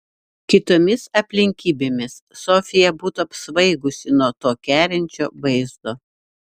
kitomis aplinkybėmis sofija būtų apsvaigusi nuo to kerinčio vaizdo